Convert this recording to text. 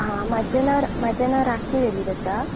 हां म्हाजें नांव म्हाजें नांव राखी वेळीप आसा